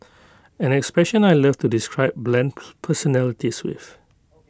an expression I love to describe bland personalities with